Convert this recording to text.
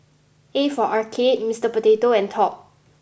A for Arcade Mister Potato and Top